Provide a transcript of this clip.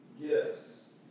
gifts